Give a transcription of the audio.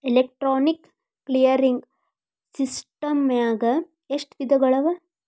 Electronic clearing ಸಿಸ್ಟಮ್ನಾಗ ಎಷ್ಟ ವಿಧಗಳವ?